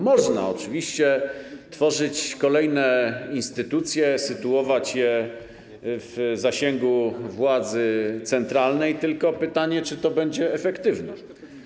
Można oczywiście tworzyć kolejne instytucje, sytuować je w zasięgu władzy centralnej, tylko pytanie, czy to będzie efektywne.